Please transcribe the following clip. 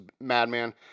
Madman